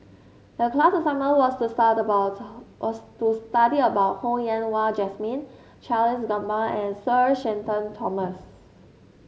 the class assignment was to stud about was to stud about Ho Yen Wah Jesmine Charles Gamba and Sir Shenton Thomas